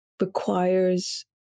requires